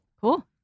Cool